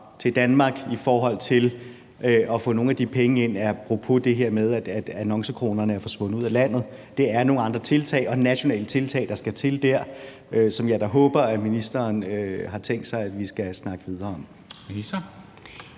til Danmark i forhold til at få nogle af de penge ind – apropos det her med, at annoncekronerne er forsvundet ud af landet. Det er nogle andre og nationale tiltag, der skal til der, som jeg da håber at ministeren har tænkt sig at vi skal snakke videre om.